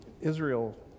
Israel